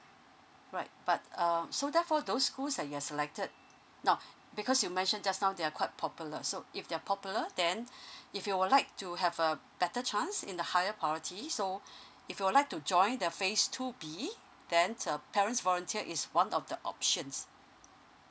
right but uh so therefore those schools that are you've selected now because you mentioned just now they are quite popular so if they're popular then if you would like to have a better chance in the higher priority so if you would like to join the phase two B then uh parents volunteer is one of the options